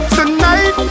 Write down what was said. Tonight